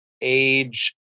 age